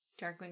Darkwing